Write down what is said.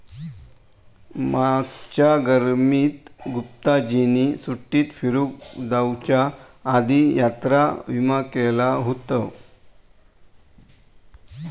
मागच्या गर्मीत गुप्ताजींनी सुट्टीत फिरूक जाउच्या आधी यात्रा विमा केलो हुतो